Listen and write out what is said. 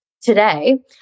today